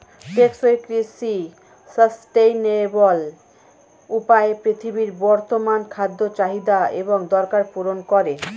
টেকসই কৃষি সাস্টেইনেবল উপায়ে পৃথিবীর বর্তমান খাদ্য চাহিদা এবং দরকার পূরণ করে